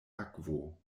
akvo